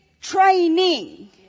training